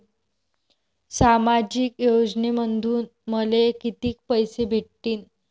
सामाजिक योजनेमंधून मले कितीक पैसे भेटतीनं?